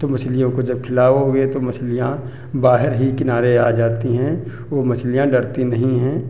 तो मछलियों को जब खिलाओगे तो मछलियाँ बाहर ही किनारे आ जाती हैं वो मछलियाँ डरती नहीं हैं